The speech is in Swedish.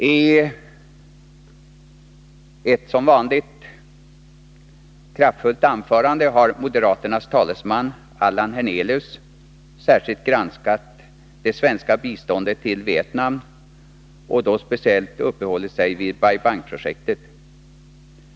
I ett som vanligt kraftfullt anförande har moderaternas talesman Allan Hernelius särskilt granskat det svenska biståndet till Vietnam och då speciellt uppehållit sig vid Bai Bang-projektet.